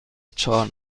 چهار